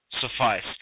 suffice